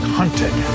hunted